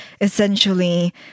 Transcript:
essentially